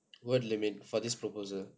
word limit for this proposal